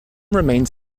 remained